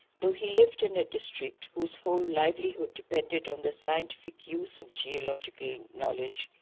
though he lived in a district whose whole livelihood depended on the scientific use of geological knowledge,